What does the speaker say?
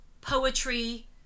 poetry